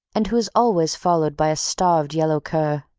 and who is always followed by a starved yellow cur.